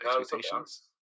expectations